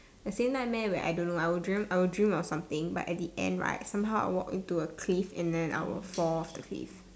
the same nightmare where I don't know I will dream I will dream of something but at the end right somehow I walk into a cliff and then I will fall of the cliff